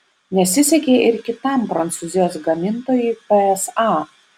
nesisekė ir kitam prancūzijos gamintojui psa